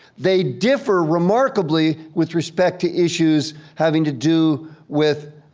they differ remarkably with respect to issues having to do with